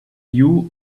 you